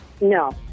No